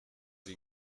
die